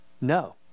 No